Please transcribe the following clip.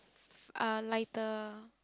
a lighter